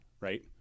right